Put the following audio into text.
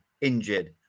injured